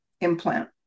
implant